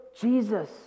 Jesus